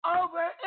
over